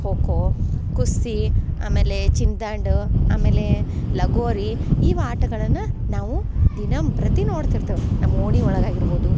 ಖೊ ಖೋ ಕುಸ್ತಿ ಆಮೇಲೆ ಚಿನ್ನಿದಾಂಡು ಆಮೇಲೆ ಲಗೋರಿ ಇವು ಆಟಗಳನ್ನು ನಾವು ದಿನಂಪ್ರತಿ ನೋಡ್ತಿರ್ತೇವೆ ನಮ್ಮ ಓಣಿ ಒಳಗೆ ಆಗಿರ್ಬೋದು